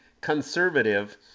conservative